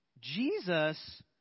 Jesus